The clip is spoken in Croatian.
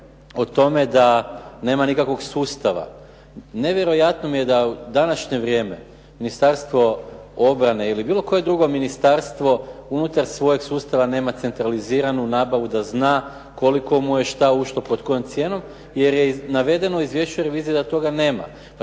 o tome da nema nikakvog sustava. Nevjerojatno mi je da u današnje vrijeme Ministarstvo obrane ili bilo koje drugo ministarstvo unutar svojeg sustava nema centraliziranu nabavu da zna koliko mu je šta ušlo, pod kojom cijenom jer je navedeno u izvješću revizije da toga nema.